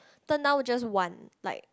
turn down just one like